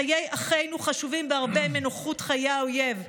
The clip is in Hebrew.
חיי אחינו חשובים בהרבה מנוחות חיי האויב.